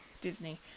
Disney